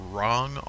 Wrong